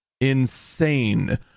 insane